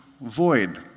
void